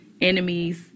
enemies